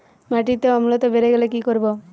মাটিতে অম্লত্ব বেড়েগেলে কি করব?